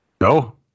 no